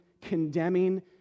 condemning